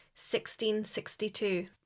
1662